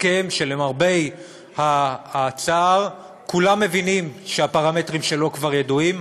שלמרבה הצער כולם מבינים שהפרמטרים שלו כבר ידועים,